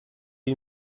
you